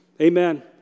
Amen